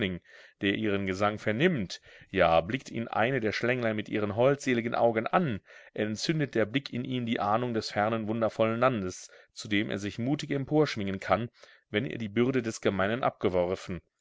der ihren gesang vernimmt ja blickt ihn eine der schlänglein mit ihren holdseligen augen an entzündet der blick in ihm die ahnung des fernen wundervollen landes zu dem er sich mutig emporschwingen kann wenn er die bürde des gemeinen abgeworfen